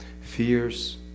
fears